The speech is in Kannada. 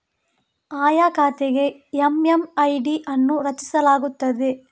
ಆಯಾ ಖಾತೆಗೆ ಎಮ್.ಎಮ್.ಐ.ಡಿ ಅನ್ನು ರಚಿಸಲಾಗುತ್ತದೆ